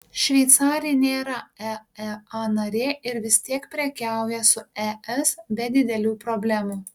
šveicarija nėra eea narė ir vis tiek prekiauja su es be didelių problemų